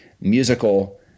musical